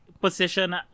position